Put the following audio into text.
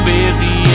busy